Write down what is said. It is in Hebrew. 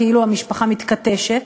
כאילו המשפחה מתכתשת,